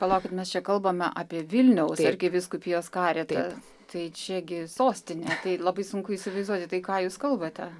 palaukit mes čia kalbame apie vilniaus arkivyskupijos karitą tai čiagi sostinė tai labai sunku įsivaizduoti tai ką jūs kalbate